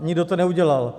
Nikdo to neudělal.